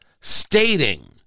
stating